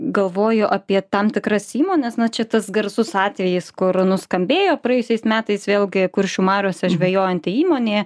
galvoju apie tam tikras įmones na čia tas garsus atvejis kur nuskambėjo praėjusiais metais vėlgi kuršių mariose žvejojanti įmonė